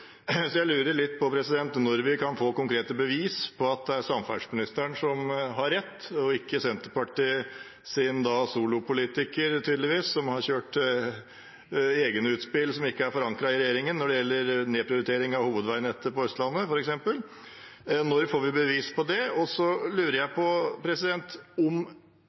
Så jeg lurer litt på når vi kan få konkrete bevis på at det er samferdselsministeren som har rett, ikke Senterpartiet, siden en solopolitiker – tydeligvis – har kjørt egne utspill som ikke er forankret i regjeringen når det gjelder nedprioritering av hovedveinettet på Østlandet, f.eks. Når får vi bevis på det? Og så lurer jeg på om